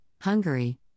Hungary